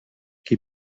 qui